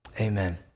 Amen